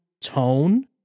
tone